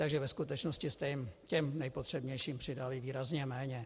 Takže ve skutečnosti jste těm nejpotřebnějším přidali výrazně méně.